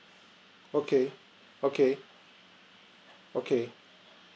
okay okay okay